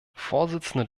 vorsitzender